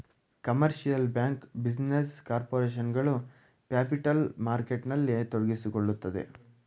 commercial bank, business corporation ಗಳು capital ಮಾರ್ಕೆಟ್ನಲ್ಲಿ ತೊಡಗಿಸಿಕೊಳ್ಳುತ್ತದೆ